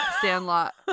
Sandlot